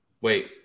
Wait